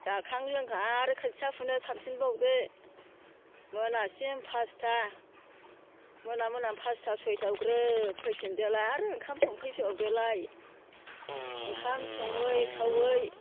जाखां लोंखां आरो खोथिया फुनो थांफिनबावदो मोनासिम पासथा मोना मोनानि पासथा सयथायाव ग्रोब फैफिनदोलाय आरो ओंखाम संफिनबावदोलाय ओंखाम सङै खावै